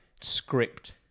script